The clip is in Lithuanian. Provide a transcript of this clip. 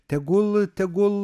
tegul tegul